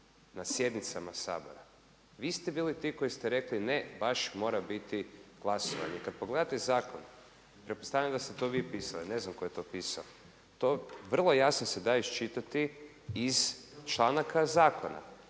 na sjednicama Sabora. Vi ste bili ti koji ste rekli, ne baš mora biti glasovanje. Kada pogledate zakon, pretpostavljam da ste to vi pisali, ne znam tko je to pisao, vrlo jasno se da iščitati iz članaka zakona.